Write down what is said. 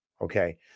okay